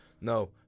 no